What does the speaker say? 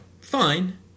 fine